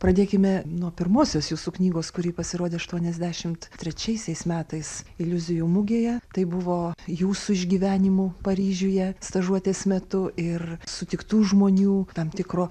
pradėkime nuo pirmosios jūsų knygos kuri pasirodė aštuoniasdešimt trečiaisiais metais iliuzijų mugėje tai buvo jūsų išgyvenimų paryžiuje stažuotės metu ir sutiktų žmonių tam tikro